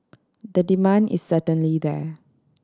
the demand is certainly there